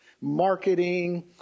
marketing